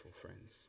friends